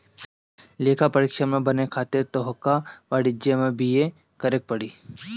लेखापरीक्षक बने खातिर तोहके वाणिज्यि में बी.ए करेके पड़ी